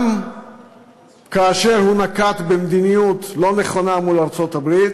גם כאשר הוא נקט מדיניות לא נכונה מול ארצות-הברית,